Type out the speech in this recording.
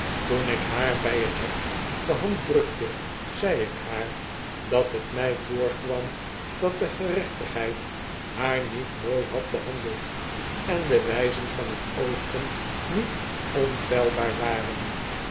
toen ik haar bij t hek de hand drukte zei ik haar dat het mij voorkwam dat de gerechtigheid haar niet mooi had behandeld en de wijzen van t oosten niet onfeilbaar waren